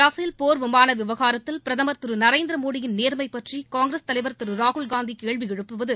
Rafale போர் விமான விவகாரத்தில் பிரதமர் திரு நரேந்திரமோடியின் நேர்மை பற்றி காங்கிரஸ் தலைவர் திரு ராகுல்காந்தி கேள்வி எழுப்புவது